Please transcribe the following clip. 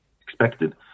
expected